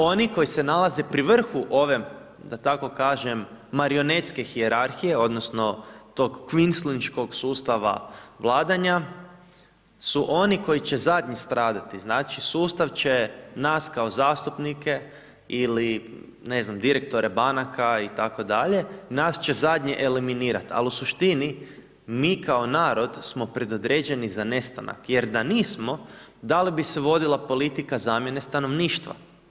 Oni koji se nalaze pri vrhu ove, da tako kažem, marionetske hijerarhije odnosno tog kvinslinškog sustava vladanja su oni koji će zadnji stradati, znači, sustav će nas kao zastupnike ili ne znam, direktore banaka itd., nas će zadnje eliminirat, al u suštini mi kao narod smo predodređeni za nestanak jer da nismo da li bi se vodila politika zamjene stanovništva.